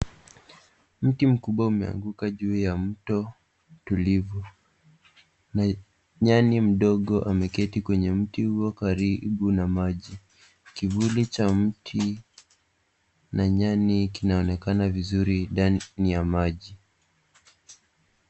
Mti mkubwa umeanguka juu ya mto tulivu na nyani mdogo ameketi kwenye mti huo karibu na maji. Kivuli cha mti na nyani kinaonekana vizuri ndani ya maji.